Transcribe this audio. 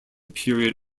period